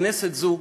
בכנסת זו,